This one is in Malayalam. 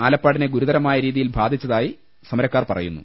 ആലപ്പാടിനെ ഗുരുതരമായ രീതിയിൽ ബാധിച്ചതായി സമരക്കാർ പറയുന്നു